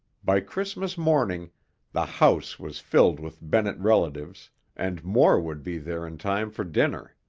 by christmas morning the house was filled with bennett relatives and more would be there in time for dinner.